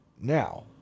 now